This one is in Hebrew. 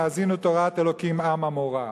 האזינו תורת אלוקינו עם עמורה".